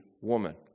woman